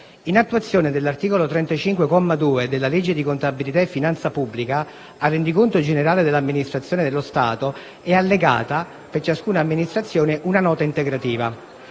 In attuazione dell'articolo 35, comma 2, della legge di contabilità e finanza pubblica, al «Rendiconto generale dell'Amministrazione dello Stato» è allegata, per ciascuna Amministrazione, una nota integrativa.